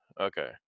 Okay